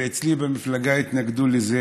ואצלי במפלגה התנגדו לזה,